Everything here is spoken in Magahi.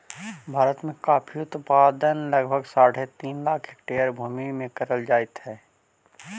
भारत में कॉफी उत्पादन लगभग साढ़े तीन लाख हेक्टेयर भूमि में करल जाइत हई